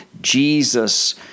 Jesus